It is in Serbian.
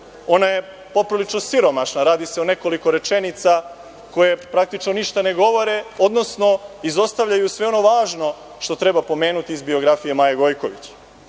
Ona je poprilično siromašna. Radi se o nekoliko rečenica, koje praktično ništa ne govore, odnosno izostavljaju sve ono važno što treba pomenuti iz biografije Maje Gojković.